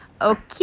Okay